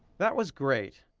that was great.